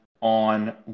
on